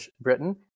Britain